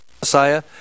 Messiah